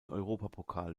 europapokal